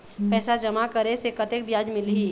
पैसा जमा करे से कतेक ब्याज मिलही?